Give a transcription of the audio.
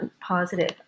positive